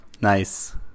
Nice